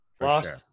lost